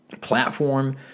platform